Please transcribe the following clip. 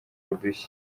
udushya